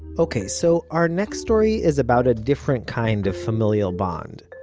ok, so our next story is about a different kind of familial bond.